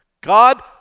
God